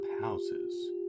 houses